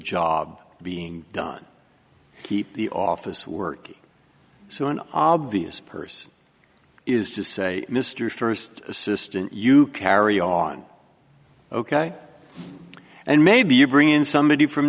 job being done keep the office work so an obvious person is to say mr first assistant you carry on ok and maybe you bring in somebody from